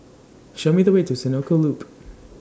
Show Me The Way to Senoko Loop